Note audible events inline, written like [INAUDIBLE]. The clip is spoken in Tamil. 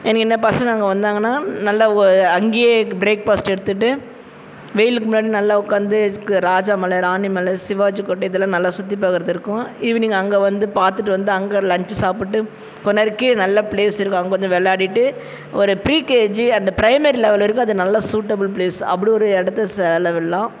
எனக்கு என்ன பசங்க அங்கே வந்தாங்கன்னா நல்ல ஒ அங்கையே ப்ரேக்ஃபாஸ்ட் எடுத்துட்டு வெயிலுக்கு முன்னாடி நல்லா உட்காந்து [UNINTELLIGIBLE] ராஜா மலை ராணி மலை சிவாஜி கோட்டை இதெல்லாம் நல்லா சுற்றி பார்க்கறது இருக்கும் ஈவினிங் அங்கே வந்து பார்த்துட்டு வந்து அங்கே லன்ச் சாப்பிட்டு கொஞ்ச நேரம் கீழே நல்ல ப்ளேஸ் இருக்கும் அங்கே வந்து விளாடிட்டு ஒரு ப்ரீகேஜி அண்டு ப்ரைமரி லெவல் வரைக்கும் அது நல்லா சூட்டபுள் ப்ளேஸ் அப்படி ஒரு இடத்த செலவிடலாம்